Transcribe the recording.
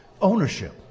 Ownership